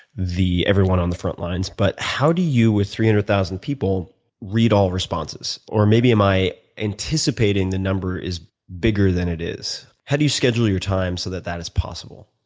everyone on the front lines, but how do you with three hundred thousand people read all responses? or maybe am i anticipating the number is bigger than it is? how do you schedule your time so that that is possible?